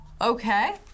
Okay